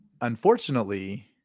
unfortunately